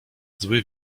zły